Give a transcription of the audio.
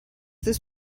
this